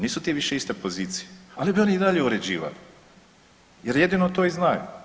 Nisu ti više iste pozicije ali bi oni i dalje uređivali jer jedino to i znaju.